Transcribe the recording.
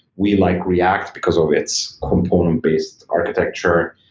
we like react because of its component-based architecture,